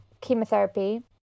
chemotherapy